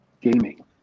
gaming